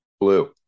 Blue